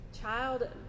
child